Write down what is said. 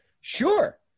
Sure